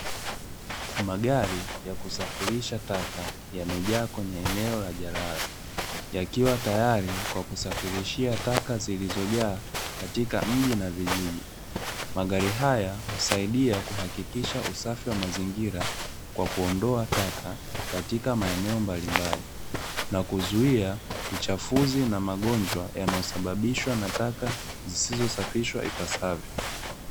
Magari ya kusafirisha taka yamejaa kwenye eneo la jalala, yakiwa tayari kwa kusafirishia taka zilizojaa katika mji na vijiji. Magari haya husaidia kuhakikisha usafi wa mazingira kwa kuondoa taka katika maeneo mbalimbali na kuzuia uchafuzi na magonjwa yanayosababishwa na taka zisizosafishwa ipasavyo.